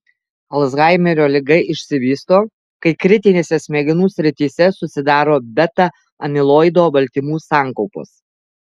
alzheimerio liga išsivysto kai kritinėse smegenų srityse susidaro beta amiloido baltymų sankaupos